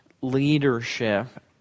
leadership